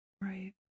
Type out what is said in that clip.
Right